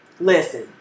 listen